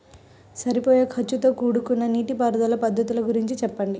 సరిపోయే ఖర్చుతో కూడుకున్న నీటిపారుదల పద్ధతుల గురించి చెప్పండి?